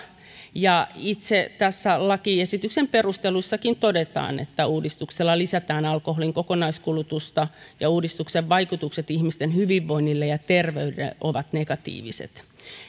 ja itse lakiesityksen perusteluissakin todetaan että uudistuksella lisätään alkoholin kokonaiskulutusta ja uudistuksen vaikutukset ihmisten hyvinvointiin ja terveyteen ovat negatiiviset